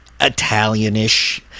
Italianish